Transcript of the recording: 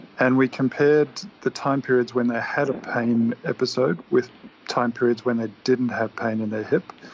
and we compared the time periods when they had a pain episode with time periods when they didn't have pain in their hip,